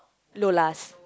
Lola's